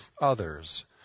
others